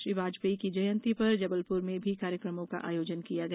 श्री वाजपेयी की जयंती पर जबलपुर में भी कार्यक्रमों का आयोजन किया गया